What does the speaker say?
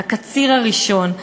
את הקציר הראשון,